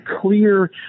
clear